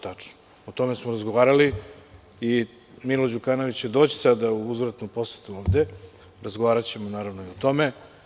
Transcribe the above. Tačno, o tome smo razgovarali i Milo Đukanović će doći u uzvratnu posetu ovde, razgovaraćemo naravno i o tome.